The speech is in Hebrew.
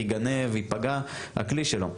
ייגנב או ייפגע הכלי שלו.